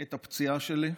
את הפציעה שלי,